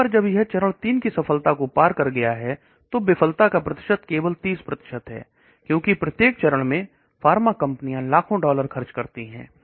एक बार जब यह चरण 3 की सफलता को पार कर जाता है तो विफलता का प्रतिशत केवल 30 ही रह जाता है क्योंकि प्रत्येक चरण में फार्मा कंपनियां लाखों डॉलर खर्च करती हैं